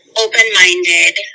open-minded